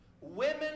Women